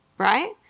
Right